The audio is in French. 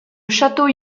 château